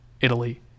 Italy